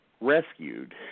rescued